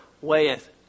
weigheth